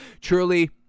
truly